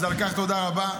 אז על כך תודה רבה.